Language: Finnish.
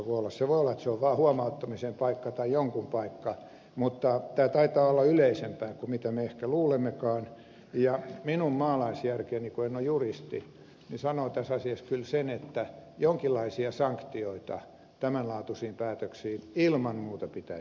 se voi olla että se on vaan huomauttamisen paikka tai jonkun paikka mutta tämä taitaa olla yleisempää kuin me ehkä luulemmekaan ja minun maalaisjärkeni kun en ole juristi sanoo tässä asiassa kyllä sen että jonkinlaisia sanktioita tämän laatuisiin päätöksiin ilman muuta pitäisi tulla